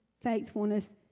faithfulness